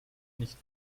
nicht